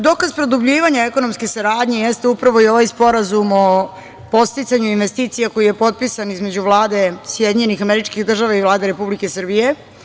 Dokaz produbljivanja ekonomske saradnje jeste upravo i ovaj Sporazum o podsticanju investicija koji je potpisan između Vlade SAD i Vlade Republike Srbije.